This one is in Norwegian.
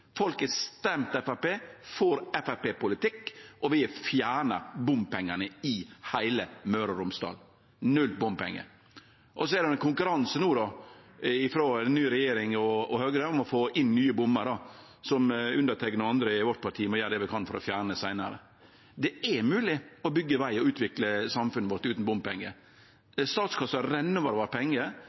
Folk har stemt Framstegspartiet, dei får Framstegsparti-politikk, og vi har fjerna bompengane i heile Møre og Romsdal – null bompengar. Så er det no konkurranse frå ny regjering og Høgre om å få inn nye bommar, som underteikna og andre i mitt parti må gjere det vi kan for å fjerne seinare. Det er mogeleg å byggje veg og utvikkle samfunnet vårt utan bompengar. Statskassa renn over av pengar.